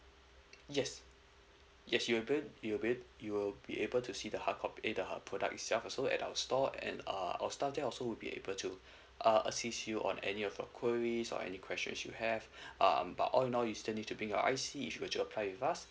yes yes you'll abl~ you'll abl~ you will be able to see the hard copy the hard product itself also at our store and err our staff there also would be able to uh assist you on any of your queries or any questions if you have um but all now you still need to bring your I_C if you're to applied with us